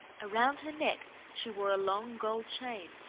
around her neck she wore a long gold chain,